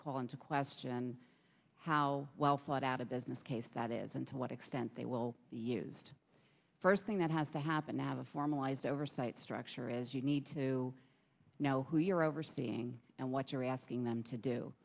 call into question how well thought out a business case that is and to what extent they will be used first thing that has to happen out of formalized oversight structure is you need to know who you're overseeing and what you're asking them to do